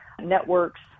networks